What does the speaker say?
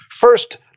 first